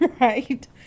right